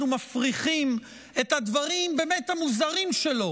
מפריכים את הדברים באמת המוזרים שלו,